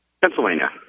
Pennsylvania